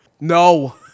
No